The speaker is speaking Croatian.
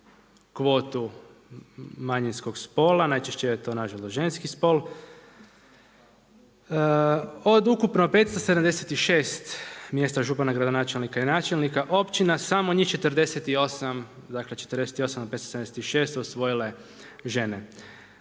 kvotu manjinskog spola, najčešće je to nažalost ženski spol. Od ukupno 576 mjesta župana, gradonačelnika i načelnika općina, samo njih 48% od 576, osvojila je žena.